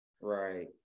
Right